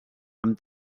amb